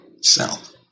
south